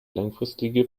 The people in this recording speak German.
langfristige